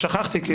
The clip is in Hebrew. פשוט שכחתי.